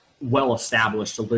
well-established